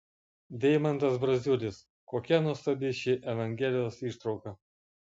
deimantas braziulis kokia nuostabi ši evangelijos ištrauka